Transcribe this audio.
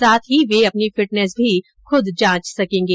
साथ ही वे अपनी फिटनेस भी खुद जांच सकेंगे